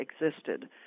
existed